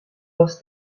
was